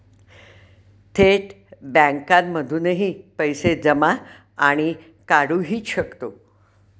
थेट बँकांमधूनही पैसे जमा आणि काढुहि शकतो